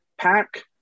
pack